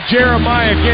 Jeremiah